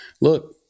look